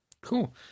Cool